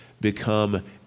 become